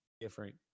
different